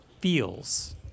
feels